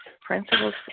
principles